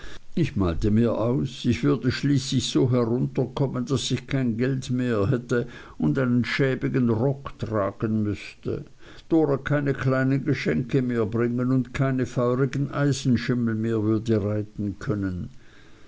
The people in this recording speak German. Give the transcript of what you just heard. ich malte mir aus ich würde schließlich so herunterkommen daß ich kein geld mehr hätte und einen schäbigen rock tragen müßte dora keine kleinen geschenke mehr bringen und keine feurigen eisenschimmel mehr würde reiten können